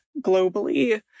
globally